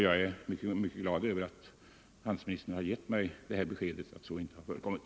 Jag är som sagt mycket glad över att handelsministern nu har gett beskedet att något sådant inte har förekommit.